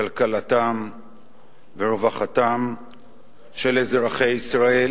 כלכלתם ורווחתם של אזרחי ישראל